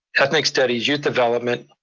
ethnic studies, youth development,